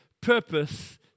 purpose